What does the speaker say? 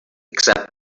except